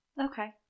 Okay